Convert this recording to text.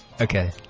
Okay